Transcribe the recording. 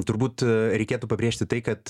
turbūt reikėtų pabrėžti tai kad